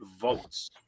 votes